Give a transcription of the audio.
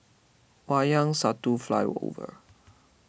Wayang Satu Flyover